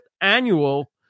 annual